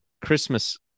Christmas